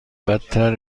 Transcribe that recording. بدتر